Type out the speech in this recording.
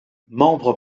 membres